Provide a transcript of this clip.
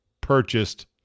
purchased